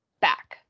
back